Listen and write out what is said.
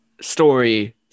story